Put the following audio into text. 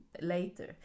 later